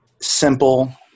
simple